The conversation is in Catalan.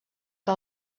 que